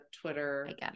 Twitter